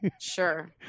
Sure